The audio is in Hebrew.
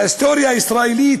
בהיסטוריה הישראלית,